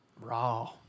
Raw